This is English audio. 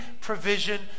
provision